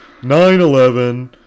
9-11